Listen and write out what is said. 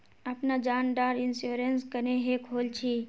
अपना जान डार इंश्योरेंस क्नेहे खोल छी?